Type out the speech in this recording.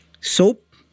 soap